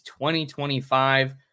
2025